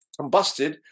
combusted